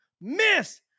Miss